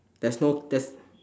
there's no there's